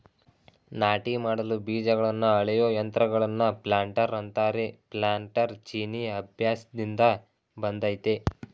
ನಾಟಿ ಮಾಡಲು ಬೀಜಗಳನ್ನ ಅಳೆಯೋ ಯಂತ್ರಗಳನ್ನ ಪ್ಲಾಂಟರ್ ಅಂತಾರೆ ಪ್ಲಾನ್ಟರ್ ಚೀನೀ ಅಭ್ಯಾಸ್ದಿಂದ ಬಂದಯ್ತೆ